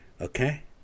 okay